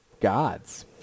gods